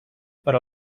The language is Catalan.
per